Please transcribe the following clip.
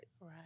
Right